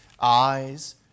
Eyes